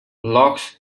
loch